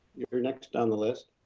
you're next on the list.